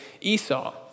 Esau